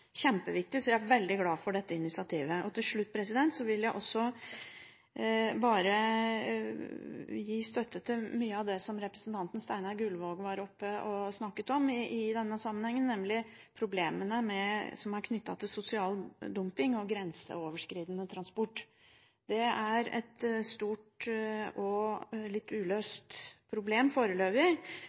kjempeviktig, så jeg er veldig glad for dette initiativet. Til slutt vil jeg bare gi støtte til mye av det som representanten Steinar Gullvåg snakket om i denne sammenhengen, nemlig problemene som er knyttet til sosial dumping og grenseoverskridende transport. Det er et stort og uløst problem foreløpig,